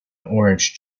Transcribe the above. orange